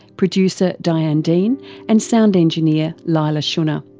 producer diane dean and sound engineer leila shunnar,